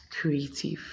creative